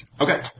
Okay